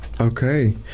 Okay